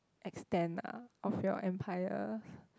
extent ah of your empires